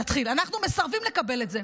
נתחיל: "אנחנו מסרבים לקבל את זה,